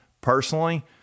personally